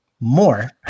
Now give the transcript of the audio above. more